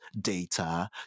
data